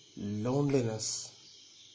Loneliness